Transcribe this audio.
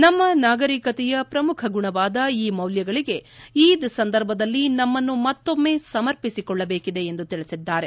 ನಮ್ನ ನಾಗರೀಕತೆಯ ಪ್ರಮುಖ ಗುಣವಾದ ಈ ಮೌಲ್ವಗಳಿಗೆ ಈದ್ ಸಂದರ್ಭದಲ್ಲಿ ನಮ್ನನ್ನು ಮತ್ಸೊಮ್ನೆ ಸಮರ್ಪಿಸಿಕೊಳ್ಟಬೇಕಿದೆ ಎಂದು ತಿಳಿಸಿದ್ದಾರೆ